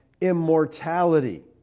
immortality